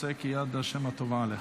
תעשה כיד השם הטובה עליך.